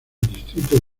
distrito